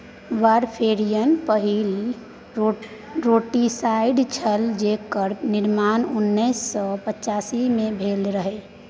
warfarin पहिल rodenticide छल जेकर निर्माण उन्नैस सय पचास मे भेल रहय